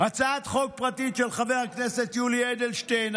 הצעת חוק פרטית של חבר כנסת יולי אדלשטיין,